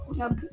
Okay